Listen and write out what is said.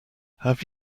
have